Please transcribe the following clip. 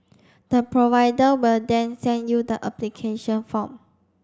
the provider will then send you the application form